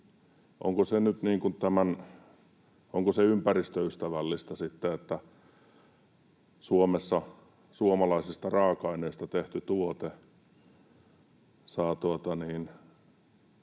Onko se ympäristöystävällistä sitten, että Suomessa suomalaisista raaka-aineista tehty tuote saa